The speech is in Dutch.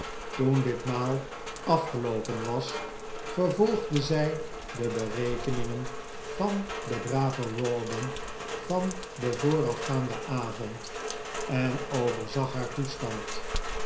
toen dit maal afgeloopen was vervolgde zij de berekeningen van den braven rawdon van den voorafgaanden avond en overzag haar toestand